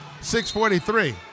643